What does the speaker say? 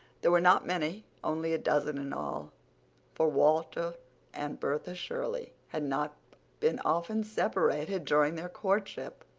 there were not many only a dozen in all for walter and bertha shirley had not been often separated during their courtship.